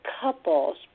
couples